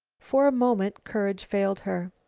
for a moment courage failed her.